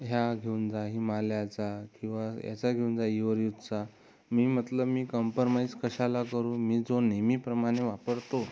ह्या घेऊन जा हिमालयाचा किंवा याचा घेऊन जा युवर यूजचा मी म्हटलं मी कंपरमाईज कशाला करू मी जो नेहमीप्रमाणे वापरतो